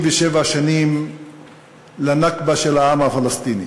67 שנים לנכבה של העם הפלסטיני,